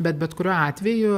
bet bet kuriuo atveju